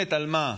שנלחמת על מה?